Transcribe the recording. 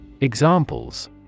Examples